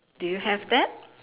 do you have that